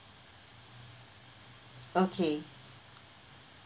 okay